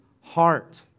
heart